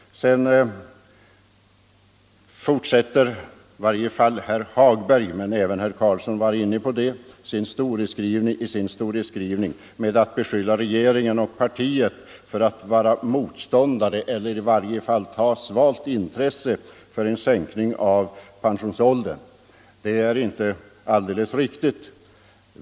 Sedan fortsätter herr Hagberg — även herr Carlsson var inne på det — sin historieskrivning med att beskylla regeringen och partiet för att vara motståndare till eller i varje fall ha svalt intresse för en sänkning av pensionsåldern. Det är inte alldeles riktigt.